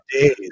days